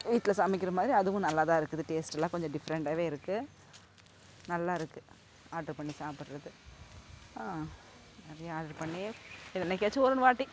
வீட்டில சமைக்கிறமாதிரி அதுவும் நல்லாதான் இருக்குது டேஸ்ட்டுலாம் கொஞ்சம் டிஃப்ரென்ட்டாகவே இருக்குது நல்லா இருக்குது ஆர்டரு பண்ணி சாப்பிட்றது நிறையா ஆர்டரு பண்ணி என்னைக்காச்சும் ஒருவாட்டி